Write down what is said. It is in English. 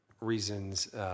reasons